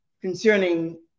concerning